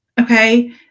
okay